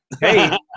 hey